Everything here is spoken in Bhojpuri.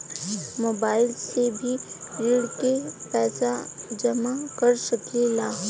मोबाइल से भी ऋण के पैसा जमा कर सकी ला?